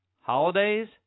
holidays